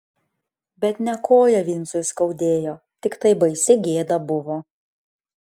bet ne koją vincui skaudėjo tiktai baisi gėda buvo